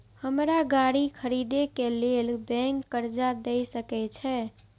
हमरा गाड़ी खरदे के लेल बैंक कर्जा देय सके छे?